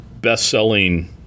best-selling